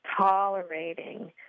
tolerating